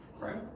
right